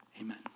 Amen